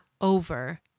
over